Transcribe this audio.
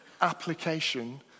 application